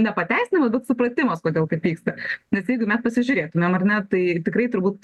ne pateisinamas bet supratimas kodėl taip vyksta nes jeigu mes pasižiūrėtumėm ar ne tai tikrai turbūt